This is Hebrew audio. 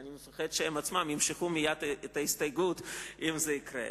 ואני רק מפחד שהם עצמם ימשכו מייד את ההסתייגות אם זה יקרה.